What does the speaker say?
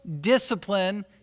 discipline